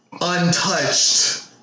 untouched